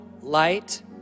light